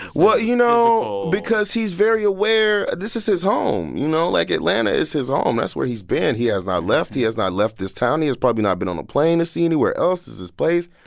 well, you know, because he's very aware this is his home, you know? like, atlanta is his ah home. that's where he's been. he has not left. he has not left this town. he has probably not been on a plane to see anywhere else. this is his place.